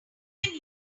can